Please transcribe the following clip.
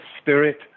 spirit